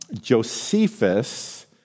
Josephus